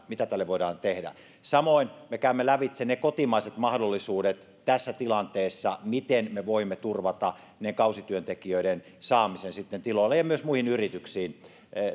mitä tälle voidaan tehdä samoin me käymme lävitse ne kotimaiset mahdollisuudet tässä tilanteessa miten me voimme turvata kausityöntekijöiden saamisen sitten tiloille ja myös muihin yrityksiin